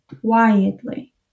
quietly